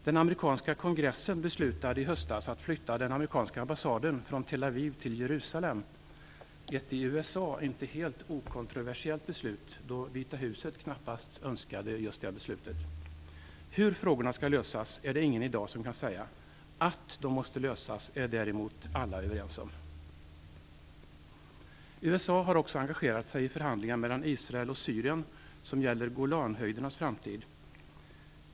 Den amerikanska kongressen beslutade i höstas att flytta den amerikanska ambassaden från Tel Aviv till Jerusalem, ett i USA inte helt okontroversiellt beslut, då Vita huset knappast önskade detta. Hur frågorna skall lösas är det ingen i dag som kan säga. Att de måste lösas är däremot alla överens om. USA har också engagerat sig i förhandlingar mellan Israel och Syrien, som gäller Golanhöjdernas framtid.